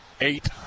eight